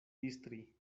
distri